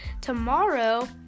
Tomorrow